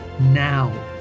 now